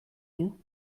you